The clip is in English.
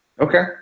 Okay